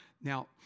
Now